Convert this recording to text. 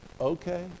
okay